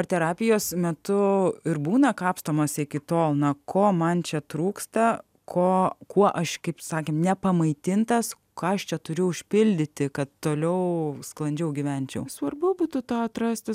ar terapijos metu ir būna kapstomasi iki tol nuo ko man čia trūksta ko kuo aš kaip sakė nepamaitintas kas čia turi užpildyti kad toliau sklandžiau gyvenčiau svarbu būtų tą atrasti